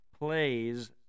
plays